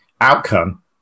outcome